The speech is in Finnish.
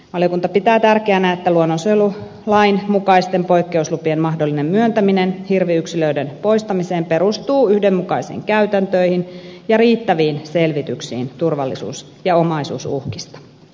valiokunta pitää tärkeänä että luonnonsuojelulain mukaisten poikkeuslupien mahdollinen myöntäminen hirviyksilöiden poistamiseen perustuu yhdenmukaisiin käytäntöihin ja riittäviin selvityksiin turvallisuus ja omaisuusuhkista